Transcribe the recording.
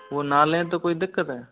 वो ना लें तो कोई दिक्कत है